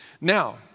Now